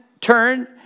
turn